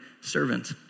Servant